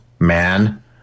Man